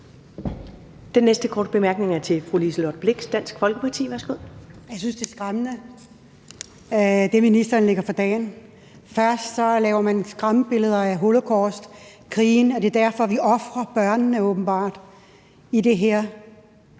Den næste korte bemærkning er til fru Liselott Blixt, Dansk Folkeparti. Værsgo. Kl. 13:45 Liselott Blixt (DF): Jeg synes, det er skræmmende, hvad ministeren lægger for dagen. Først laver man skræmmebilleder af holocaust, krigen, og at det åbenbart er derfor, vi ofrer børnene i det her